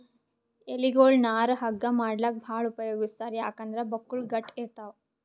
ಎಲಿಗೊಳ್ ನಾರ್ ಹಗ್ಗಾ ಮಾಡ್ಲಾಕ್ಕ್ ಭಾಳ್ ಉಪಯೋಗಿಸ್ತಾರ್ ಯಾಕಂದ್ರ್ ಬಕ್ಕುಳ್ ಗಟ್ಟ್ ಇರ್ತವ್